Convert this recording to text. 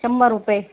शंभर रुपये